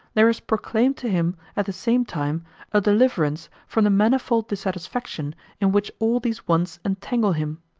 there is proclaimed to him at the same time a deliverance from the manifold dissatisfaction in which all these wants entangle him,